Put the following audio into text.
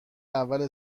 اول